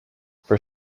for